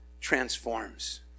transforms